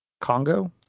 Congo